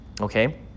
okay